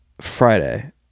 Friday